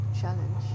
challenge